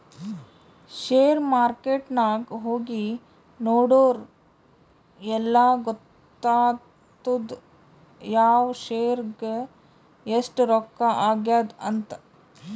share market ನಾಗ್ ಹೋಗಿ ನೋಡುರ್ ಎಲ್ಲಾ ಗೊತ್ತಾತ್ತುದ್ ಯಾವ್ ಶೇರ್ಗ್ ಎಸ್ಟ್ ರೊಕ್ಕಾ ಆಗ್ಯಾದ್ ಅಂತ್